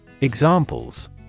Examples